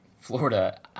Florida